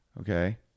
Okay